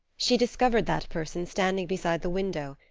she discovered that person standing beside the window,